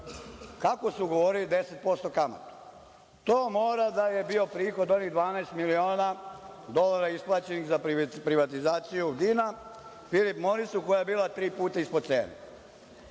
kako su ugovorili 10% kamate? To mora da je bio prihod onih 12 miliona dolara isplaćenih za privatizaciju DIN-a „Filip Morisu“ koja je bila tri puta ispod cene,